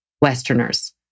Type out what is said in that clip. Westerners